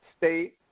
state